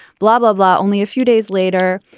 blahblahblah, only a few days later,